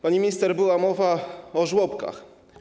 Pani minister, była mowa o żłobkach.